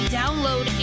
download